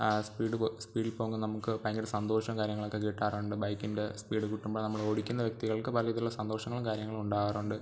speed സ്പീഡിൽ പോകുമ്പം നമുക്ക് ഭയങ്കര സന്തോഷവും കാര്യങ്ങളൊക്കെ കിട്ടാറുണ്ട് ബൈക്കിൻ്റെ സ്പീഡ് കൂട്ടുമ്പം നമ്മൾ ഓടിക്കുന്ന വ്യക്തികൾക്ക് പല തരത്തിലുള്ള സന്തോഷങ്ങളും കാര്യങ്ങളും ഉണ്ടാവാറുണ്ട്